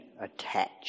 attached